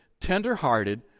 tenderhearted